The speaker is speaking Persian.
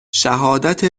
شهادت